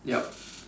yup